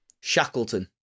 Shackleton